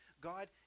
God